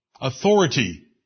Authority